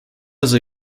also